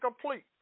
complete